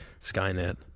Skynet